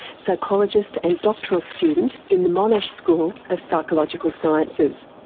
psychologist and doctoral student in the monash school of psychological sciences.